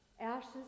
ashes